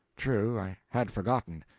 true. i had forgotten.